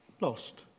lost